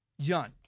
John